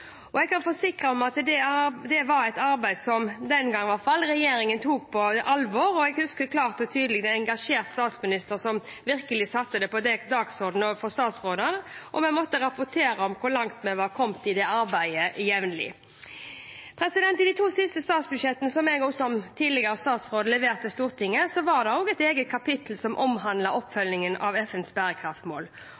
Jeg kan forsikre om at det var et arbeid som regjeringen den gangen i hvert fall tok på alvor. Jeg husker klart og tydelig en engasjert statsminister som virkelig satte det på dagsordenen overfor statsrådene, og vi måtte jevnlig rapportere om hvor langt vi var kommet i det arbeidet. I de to siste statsbudsjettene jeg som tidligere statsråd leverte Stortinget, var det også et eget kapittel som